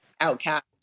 outcast